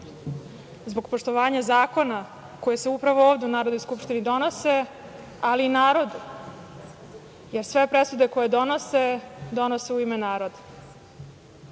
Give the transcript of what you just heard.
zbog poštovanja zakona koji se upravo ovde u Narodnoj skupštini donose, ali i narodu jer sve presude koje donose donose u ime naroda.